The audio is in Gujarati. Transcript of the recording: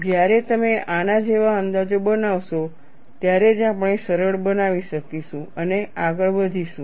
જ્યારે તમે આના જેવા અંદાજો બનાવશો ત્યારે જ આપણે સરળ બનાવી શકીશું અને આગળ વધીશું